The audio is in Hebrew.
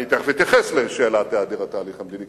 אני תיכף אתייחס לשאלת היעדר התהליך המדיני,